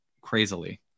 crazily